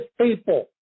people